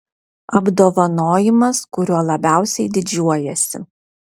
apdovanojimas kuriuo labiausiai didžiuojiesi